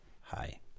hi